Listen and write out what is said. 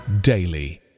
daily